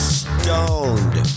stoned